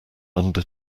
under